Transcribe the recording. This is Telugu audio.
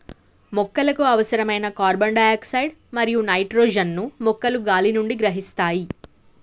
మొక్కలకు అవసరమైన కార్బన్ డై ఆక్సైడ్ మరియు నైట్రోజన్ ను మొక్కలు గాలి నుండి గ్రహిస్తాయి